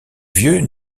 vieux